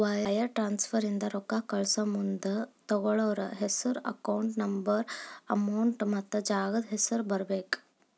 wire transfer ಇಂದ ರೊಕ್ಕಾ ಕಳಸಮುಂದ ತೊಗೋಳ್ಳೋರ್ ಹೆಸ್ರು ಅಕೌಂಟ್ ನಂಬರ್ ಅಮೌಂಟ್ ಮತ್ತ ಜಾಗದ್ ಹೆಸರ ಬರೇಬೇಕ್